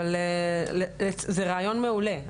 אבל זה רעיון מעולה,